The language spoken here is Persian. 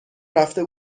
رفته